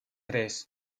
tres